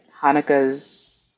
hanukkah's